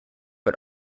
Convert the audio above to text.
but